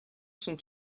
sont